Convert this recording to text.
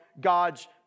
God's